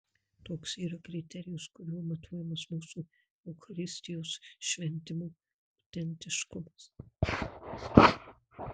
toks yra kriterijus kuriuo matuojamas mūsų eucharistijos šventimų autentiškumas